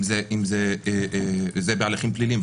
אם זה בהליכים פליליים,